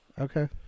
Okay